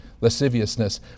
lasciviousness